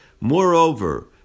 Moreover